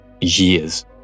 years